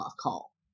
call